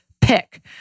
Pick